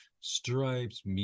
Stripes